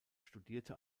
studierte